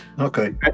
Okay